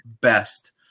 best